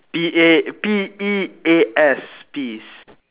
P A P E A S peas